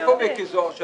איפה מיקי זוהר?